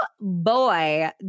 boy